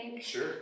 Sure